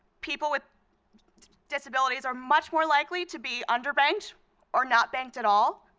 people with disabilities are much more likely to be underbanked or not banked at all.